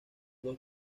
dos